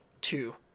two